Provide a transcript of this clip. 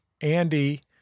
Andy